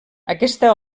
aquesta